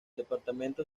departamento